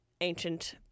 ancient